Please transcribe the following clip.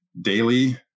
daily